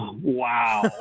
wow